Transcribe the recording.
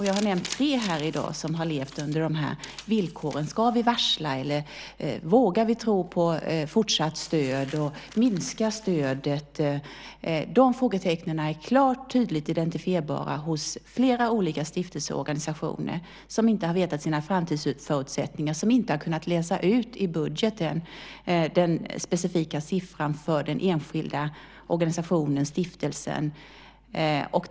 Jag har nämnt tre här i dag som har levt under de här villkoren: Ska vi varsla eller vågar vi tro på fortsatt stöd? Minskar stödet? De frågetecknen är tydligt identifierbara hos flera olika stiftelser och organisationer som inte har känt till sina framtidsförutsättningar, som inte i budgeten har kunnat läsa ut den specifika siffran för den enskilda organisationen, stiftelsen.